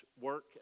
work